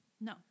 no